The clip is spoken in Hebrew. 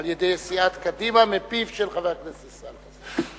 על-ידי סיעת קדימה מפיו של חבר הכנסת ישראל חסון.